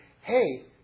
hey